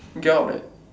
get out that